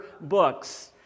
books